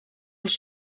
els